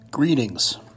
Greetings